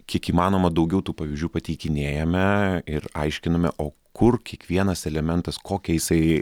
kiek įmanoma daugiau tų pavyzdžių pateikinėjame ir aiškiname o kur kiekvienas elementas kokią jisai